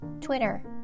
Twitter